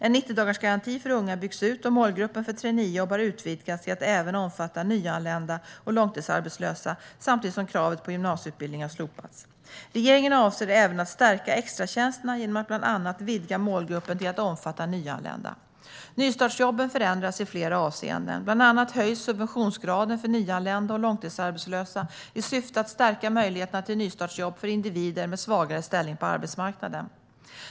En 90-dagarsgaranti för unga byggs ut, och målgruppen för traineejobb har utvidgats till att även omfatta nyanlända och långtidsarbetslösa samtidigt som kravet på gymnasieutbildning har slopats. Regeringen avser även att stärka extratjänsterna genom att bland annat vidga målgruppen till att omfatta nyanlända. Nystartsjobben förändras i flera avseenden. Bland annat höjs subventionsgraden för nyanlända och långtidsarbetslösa i syfte att stärka möjligheterna till nystartsjobb för individer med svagare ställning på arbetsmarknaden.